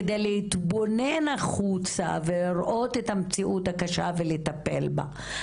כדי להתבונן החוצה ולראות את המציאות הקשה ולטפל בה,